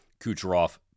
Kucherov